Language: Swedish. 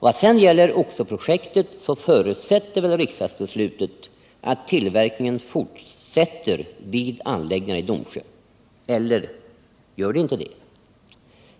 Vad sedan gäller oxo-projektet förutsätter väl riksdagsbeslutet att tillverkningen fortsätter vid anläggningarna i Domsjö. Eller gör det inte det?